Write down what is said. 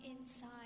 inside